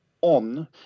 on